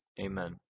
Amen